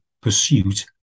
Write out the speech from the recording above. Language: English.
pursuit